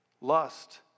lust